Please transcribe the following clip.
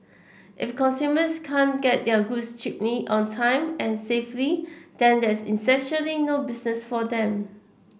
if consumers can't get their goods cheaply on time and safely then there's essentially no business for them